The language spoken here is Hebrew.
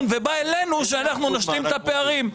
ובא אלינו שאנחנו נשלים את הפערים.